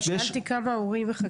אבל שאלתי כמה הורים מחכים לאמץ,